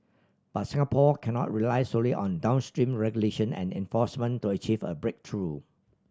but Singapore cannot rely solely on downstream regulation and enforcement to achieve a breakthrough